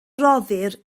rhoddir